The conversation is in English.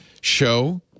show